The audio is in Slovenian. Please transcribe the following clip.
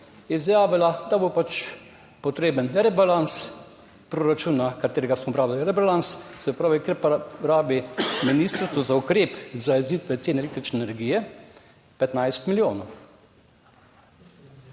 izjavila, da bo pač potreben rebalans proračuna, katerega smo pripravljali, rebalans, se pravi, kjer pa rabi ministrstvo za ukrep zajezitve cen električne energije 15 milijonov.